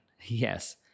Yes